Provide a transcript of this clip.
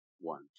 One